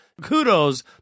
Kudos